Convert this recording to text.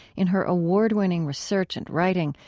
in her award-winning research and writing,